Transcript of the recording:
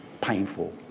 painful